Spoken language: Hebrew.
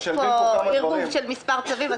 יש פה ערבוב של מספר צווים.